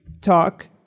talk